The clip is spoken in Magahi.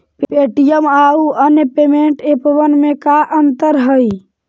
पे.टी.एम आउ अन्य पेमेंट एपबन में का अंतर हई?